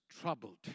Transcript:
troubled